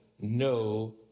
no